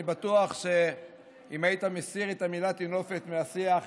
אני בטוח שאם היית מסיר את המילה "טינופת" מהשיח,